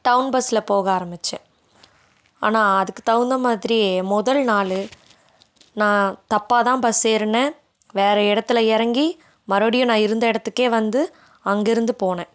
down பஸ்ல போக ஆரம்பித்தேன் ஆனால் அதுக்கு தகுந்த மாதிரி முதல் நாலு நான் தப்பாக தான் பஸ் ஏறினேன் வேற இடத்துல இறங்கி மறுபடியும் நான் இருந்த இடத்துக்கே வந்து அங்கேருந்து போனேன்